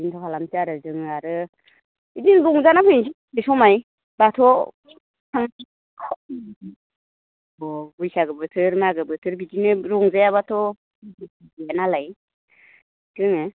बिदिनोथ' खालामसै आरो जों आरो बिदिनो रंजानानै फैनोसै बे समाय बाथौवाव बैसागो बोथोर मागो बोथोर बिदिनो रंजायाबाथ' नालाय जोङो